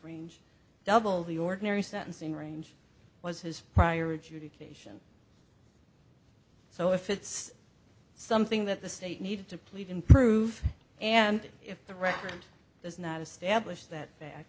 range double the ordinary sentencing range was his prior adjudication so if it's something that the state needed to plead in proof and if the record does not establish that fact